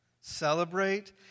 celebrate